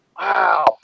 Wow